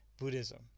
Buddhism